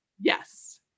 Yes